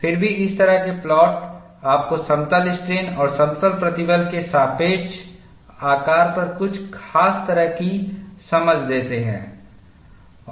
फिर भी इस तरह के प्लॉट आपको समतल स्ट्रेन और समतल प्रतिबल के सापेक्ष आकार पर कुछ खास तरह की समझ देते हैं